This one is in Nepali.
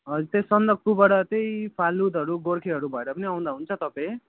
हजुर त्यही सन्दकफूबाट चाहिँ फालुटहरू गोर्खेहरू भएर पनि आउँदा हुन्छ तपाईँ